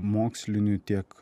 mokslinių tiek